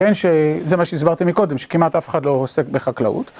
כן, שזה מה שהסברתם מקודם, שכמעט אף אחד לא עוסק בחקלאות.